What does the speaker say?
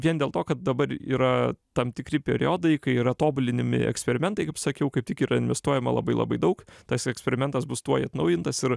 vien dėl to kad dabar yra tam tikri periodai kai yra tobulinami eksperimentai kaip sakiau kaip tik yra investuojama labai labai daug tas eksperimentas bus tuoj atnaujintas ir